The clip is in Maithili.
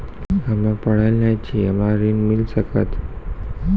हम्मे पढ़ल न छी हमरा ऋण मिल सकत?